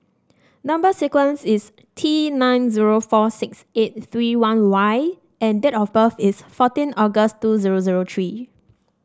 number sequence is T nine zero four six eight three one Y and date of birth is fourteen August two zero zero three